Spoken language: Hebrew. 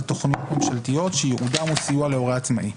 תכניות ממשלתיות שייעודן הוא סיוע להורה עצמאי.